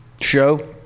show